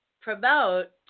promote